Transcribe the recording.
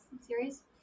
series